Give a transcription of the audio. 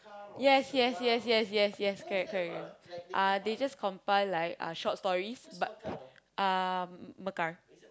yes yes yes yes yes yes correct correct correct uh they just compile like uh short stories but um mekar